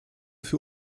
für